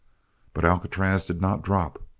but alcatraz did not drop.